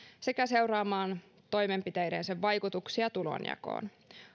sekä seuraamaan toimenpiteidensä vaikutuksia tulonjakoon